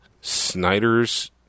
Snyder's